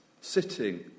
sitting